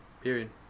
period